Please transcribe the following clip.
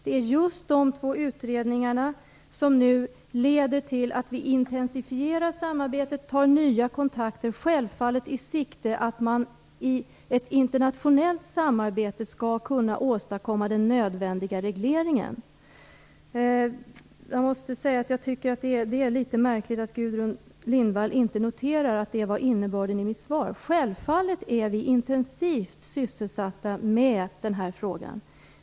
Det är just de två utredningarna som nu leder till att vi intensifierar samarbetet och tar nya kontakter, självfallet med sikte på att man i ett internationellt samarbete skall kunna åstadkomma den nödvändiga regleringen. Jag måste säga att det är litet märkligt att Gudrun Lindvall inte noterar att det var innebörden i mitt svar. Självfallet är vi intensivt sysselsatta med den här frågan.